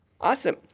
Awesome